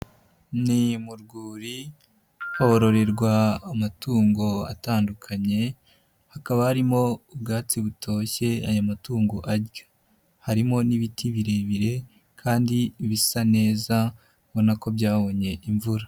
Ni mu rwuri hororerwa amatungo atandukanye, hakaba harimo ubwatsi butoshye aya matungo arya. Harimo n'ibiti birebire kandi bisa neza, ubona ko byabonye imvura.